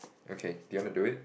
okay do you want to do it